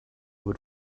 wird